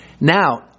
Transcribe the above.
Now